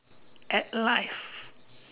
at life